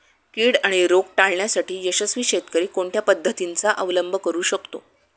कीड आणि रोग टाळण्यासाठी यशस्वी शेतकरी कोणत्या पद्धतींचा अवलंब करू शकतो?